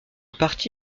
parti